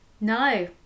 No